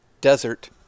desert